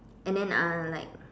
and then uh like